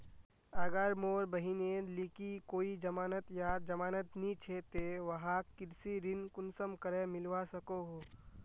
अगर मोर बहिनेर लिकी कोई जमानत या जमानत नि छे ते वाहक कृषि ऋण कुंसम करे मिलवा सको हो?